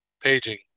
paging